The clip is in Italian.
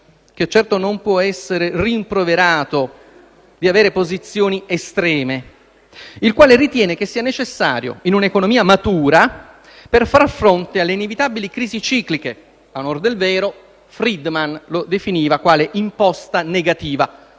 (che certo non può essere rimproverato di avere posizioni estreme), il quale ritiene che esso sia necessario, in un'economia matura, per far fronte alle inevitabili crisi cicliche. A onor del vero, Friedman lo definiva quale imposta negativa;